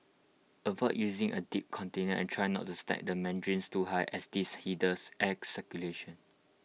avoid using A deep container and try not to stack the mandarins too high as this hinders air circulation